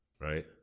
right